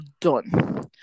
done